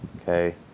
Okay